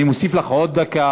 אני מוסיף לך עוד דקה.